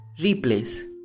Replace